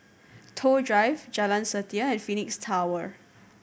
Toh Drive Jalan Setia and Phoenix Tower